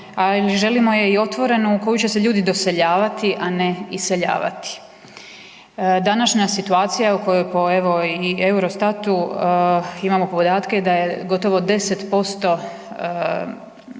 želimo je i otvorenu u koju će se ljudi doseljavati, a ne iseljavati. Današnja situacija u kojoj po, evo, i Eurostatu imamo podatke da je gotovo 10% našeg